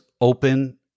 open